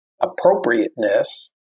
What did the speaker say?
appropriateness